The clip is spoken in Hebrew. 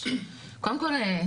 קודם כל,